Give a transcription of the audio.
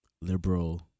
liberal